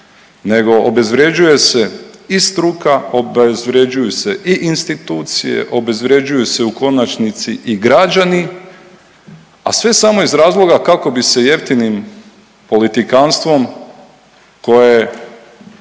nego obezvrjeđuje se i struka, obezvrjeđuju se i institucije, obezvređuju se u konačnici i građani, sa sve samo iz razloga kako bi se jeftinim politikantstvom koje